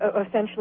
essentially